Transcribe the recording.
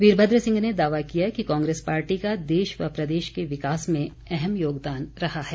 वीरभद्र सिंह ने दावा किया कि कांग्रेस पार्टी का देश व प्रदेश के विकास में अहम योगदान रहा है